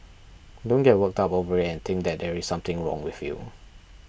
don't get worked up over it and think that there is something wrong with you